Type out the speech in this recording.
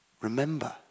Remember